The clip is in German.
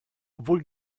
obwohl